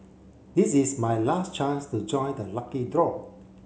this is my last chance to join the lucky draw